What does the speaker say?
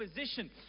position